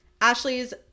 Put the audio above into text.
Ashley's